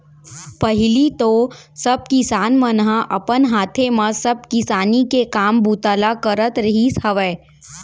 पहिली तो सब किसान मन ह अपन हाथे म सब किसानी के काम बूता ल करत रिहिस हवय